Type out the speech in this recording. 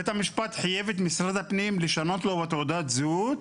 בית המשפט חייב את משרד הפנים לשנות לו בתעודת הזהות